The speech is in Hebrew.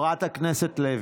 חברת הכנסת לוי.